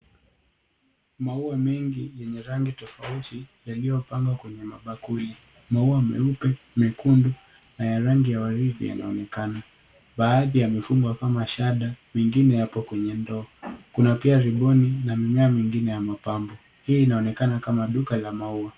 Maua mengi yenye rangi tofauti yaliyopangwa kwenye mabukali. Maua meupe, mekundu na ya rangi ya waridi yanaonekana. Baadhi yamefungwa kama shada mengine yapo kwenye ndoo. Kuna pia riboni na mimea mingine ya mapambo. Hii inaonekana kama duka la maua.